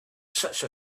such